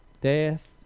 Death